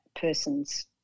person's